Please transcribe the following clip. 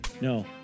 No